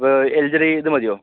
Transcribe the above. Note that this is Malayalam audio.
അപ്പൊൾ എൽ ജിടെ ഇത് മതിയൊ